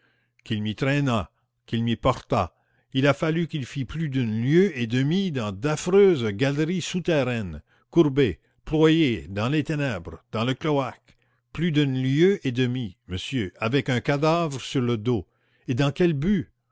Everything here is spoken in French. qu'il m'y traînât qu'il m'y portât il a fallu qu'il fît plus d'une lieue et demie dans d'affreuses galeries souterraines courbé ployé dans les ténèbres dans le cloaque plus d'une lieue et demie monsieur avec un cadavre sur le dos et dans quel but